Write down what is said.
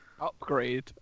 Upgrade